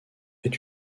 est